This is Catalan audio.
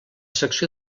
secció